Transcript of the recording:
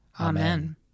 Amen